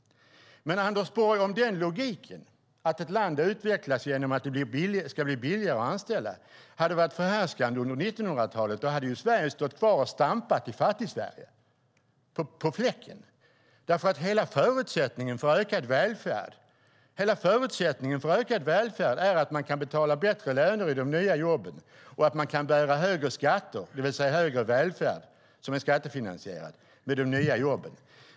Men, Anders Borg, om logiken att ett land utvecklas genom att det ska bli billigare att anställa hade varit förhärskande under 1900-talet hade ju Sverige stått kvar på fläcken och stampat i Fattigsverige. Hela förutsättningen för ökad välfärd är att man kan betala bättre löner i de nya jobben och att man kan bära högre skatter, det vill säga högre välfärd som är skattefinansierad, med de nya jobben.